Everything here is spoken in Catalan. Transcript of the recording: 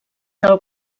del